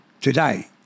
today